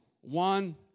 one